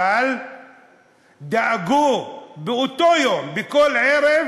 אבל דאגו באותו יום, בכל ערב,